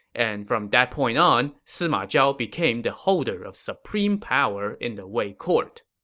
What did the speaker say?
and from that point on, sima zhao became the holder of supreme power in the wei court